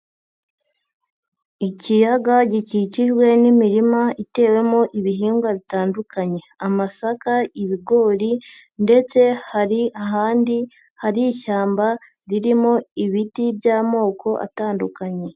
Ikiyaga gikikijwe n'imirima itewemo ibihingwa bitandukanye. Amasaka, ibigori ndetse hari ahandi hari ishyamba ririmo ibiti by'amoko atandukanye.